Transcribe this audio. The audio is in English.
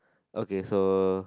okay so